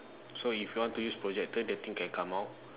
so if you want to use projector that thing can come out